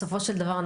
בסופו של דבר,